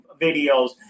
videos